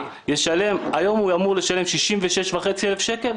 היום הוא אמור לשלם 66,500 שקל,